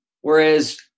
whereas